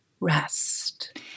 rest